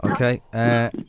Okay